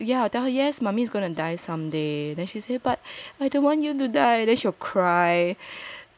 then then I'll tell her yes yeah I'll tell her yes mummy is going to die someday then she say but I don't want you to die then she will cry